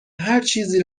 هرچیزی